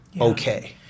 okay